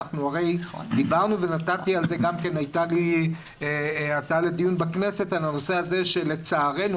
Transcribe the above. דיברנו והייתה לי הצעה לדיון בכנסת בנושא הזה כי לצערנו,